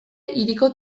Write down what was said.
hiriko